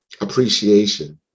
appreciation